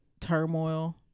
turmoil